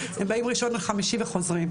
הם באים מראשון עד חמישי וחוזרים.